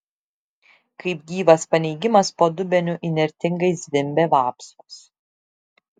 kaip gyvas paneigimas po dubeniu įnirtingai zvimbė vapsvos